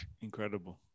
Incredible